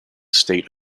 state